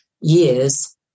years